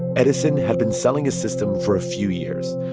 edison had been selling his system for a few years.